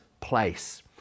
place